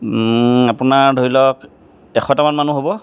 আপোনাৰ ধৰি লওক এশটামান মানুহ হ'ব